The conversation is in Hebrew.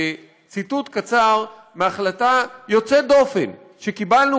בציטוט קצר מהחלטה יוצאת דופן שקיבלנו